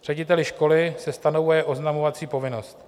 Řediteli školy se stanovuje oznamovací povinnost.